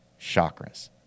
chakras